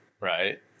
Right